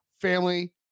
family